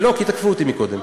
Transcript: לא, כי תקפו אותי קודם.